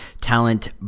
Talent